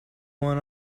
one